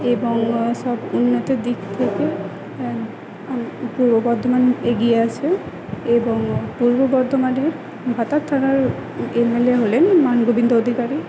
এবং সব উন্নতির দিক থেকে পূর্ব বর্ধমান এগিয়ে আছে এবং পূর্ব বর্ধমানের ভাতার থানার এম এল এ হলেন মান গোবিন্দ অধিকারী